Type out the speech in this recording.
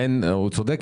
ינון צודק,